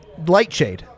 Lightshade